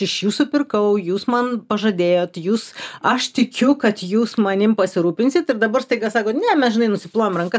iš jūsų pirkau jūs man pažadėjot jūs aš tikiu kad jūs manim pasirūpinsit ir dabar staiga sakot ne mes žinai nusiplovėm rankas